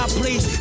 please